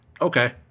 okay